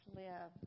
live